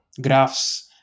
graphs